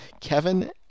Kevin